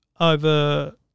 over